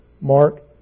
Mark